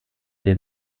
den